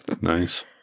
nice